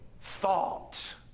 thought